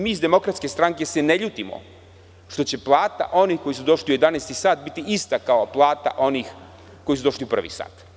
Mi iz DS se ne ljutimo što će plata onih koji su došli u jedanaestom satu biti ista kao plata onih koji su došli u prvi sat.